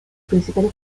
principales